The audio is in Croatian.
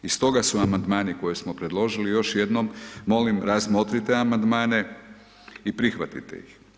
I stoga su Amandmani koji smo predložili, još jednom molim razmotrite Amandmane i prihvatite ih.